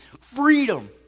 freedom